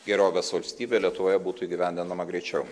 gerovės valstybė lietuvoje būtų įgyvendinama greičiau